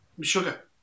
sugar